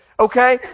Okay